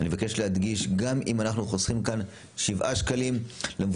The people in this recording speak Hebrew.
אני מבקש להדגיש: גם אם אנחנו חוסכים כאן שבעה שקלים למבוטח,